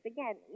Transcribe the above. Again